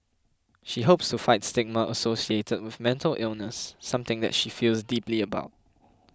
she hopes to fight stigma associated with mental illness something that she feels deeply about